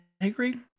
agree